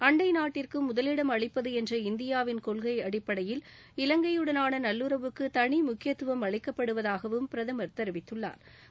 அண்டை நாட்டிற்கு முதலிடம் அளிப்பது என்ற இந்தியாவின் கொள்கை அடிப்படையில் இலங்கையுடனான நல்லுறவுக்கு தனி முக்கியத்துவம் அளிக்கப்படுவதாகவும் தெரிவித்துள்ளாா்